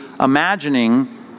imagining